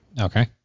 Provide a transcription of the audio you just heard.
Okay